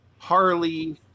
Harley